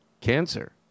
cancer